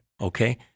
Okay